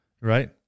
right